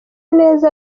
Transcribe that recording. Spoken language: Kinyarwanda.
neza